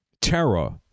terror